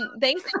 thanks